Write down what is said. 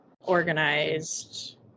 organized